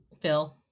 Phil